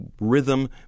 rhythm